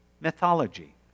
mythology